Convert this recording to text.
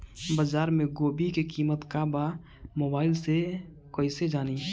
बाजार में गोभी के कीमत का बा मोबाइल से कइसे जानी?